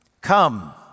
Come